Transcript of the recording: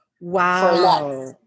Wow